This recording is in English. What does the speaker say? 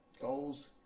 goals